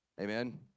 Amen